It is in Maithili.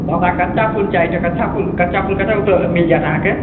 तऽ हमरा कच्चा फूल चाही तऽ कच्छा फूल कच्चा फूल कतऽ मिलि जाएत अहाँकेँ